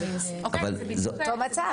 לכן,